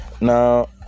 now